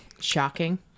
shocking